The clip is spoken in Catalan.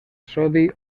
sodi